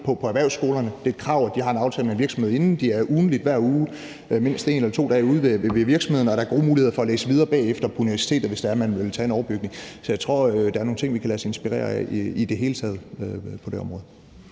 på erhvervsskolerne. Det er et krav, at de har en aftale med en virksomhed forinden og de hver uge er mindst en eller to dage ude ved virksomheden, og der er gode muligheder for at læse videre bagefter på universitetet, hvis man vil tage en overbygning. Så jeg tror, der er nogle ting, vi kan lade os inspirere af i det hele taget på det område.